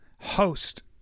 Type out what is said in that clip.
host